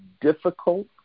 difficult